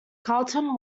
carlton